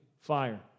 fire